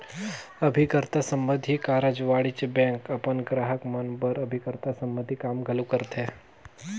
अभिकर्ता संबंधी कारज वाणिज्य बेंक अपन गराहक मन बर अभिकर्ता संबंधी काम घलो करथे